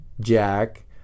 Jack